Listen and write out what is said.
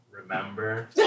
remember